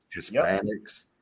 Hispanics